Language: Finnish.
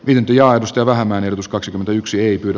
vientiautosta vähemmän ehdotus kaksikymmentäyksi ei kyllä